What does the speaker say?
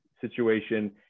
situation